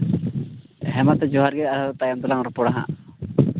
ᱦᱮᱸ ᱢᱟ ᱛᱚ ᱡᱚᱸᱦᱟᱨ ᱜᱮ ᱟᱨ ᱦᱚᱸ ᱛᱟᱭᱚᱢ ᱛᱮᱞᱟᱝ ᱨᱚᱯᱚᱲᱟ ᱦᱟᱸᱜ